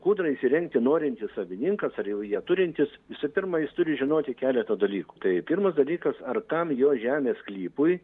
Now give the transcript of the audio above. kūdrą įsirengti norintis savininkas ar jau ją turintis visų pirma jis turi žinoti keletą dalykų tai pirmas dalykas ar tam jo žemės sklypui